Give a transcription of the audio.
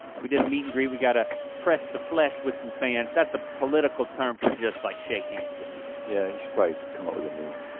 we did a meet and greet, we got a press the flesh with some fans, that's a political term for just like shake hands with people. yeah you should probably come up with a new one.